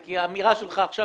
כי האמירה שלך עכשיו,